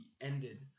ended